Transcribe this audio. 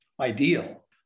ideal